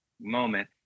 moment